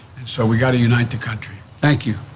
and so we gotta unite the country. thank you.